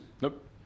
Nope